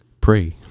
Pray